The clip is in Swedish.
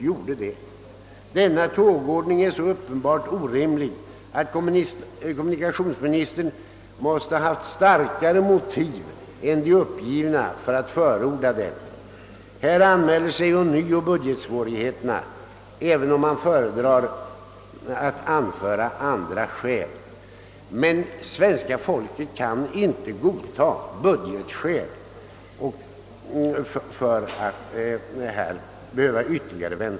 Den nu antydda tågordningen är så uppenbart orimlig att kommunikationsministern måste ha haft starkare motiv än de uppgivna för att förorda den. Här anmäler sig ånyo budgetsvårigheter, även om :kommunikationsministern föredrar att anföra andra skäl. Svenska folket kan inte godta budgetskäl för att behöva vänta längre.